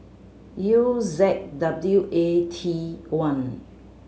U Z W A T one